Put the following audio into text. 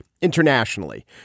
internationally